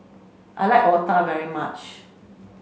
I like Otah very much